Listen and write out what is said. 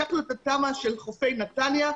לקחנו את התמ"א של חופי נתניה,